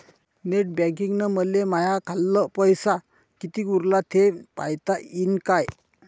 Net बँकिंगनं मले माह्या खाल्ल पैसा कितीक उरला थे पायता यीन काय?